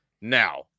now